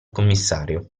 commissario